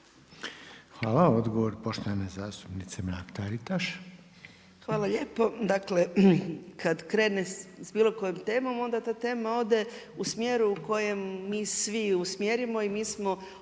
**Mrak-Taritaš, Anka (GLAS)** Hvala lijepo. Dakle kad krene sa bilo kojom temom, onda ta tema ode u smjeru u kojem mi svi usmjerimo i mi smo